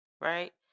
right